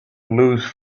lose